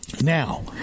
Now